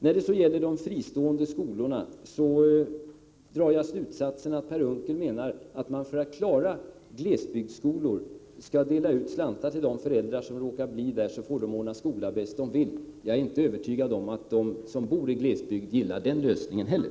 När det sedan gäller de fristående skolorna, drar jag slutsatsen att Per Unckel menade att man, för att klara glesbygdsskolor, skall dela ut slantar till de föräldrar som råkar finnas där — och sedan får de ordna skolor bäst de vill. Jag är inte övertygad om att de som bor i glesbygd gillar den lösningen heller.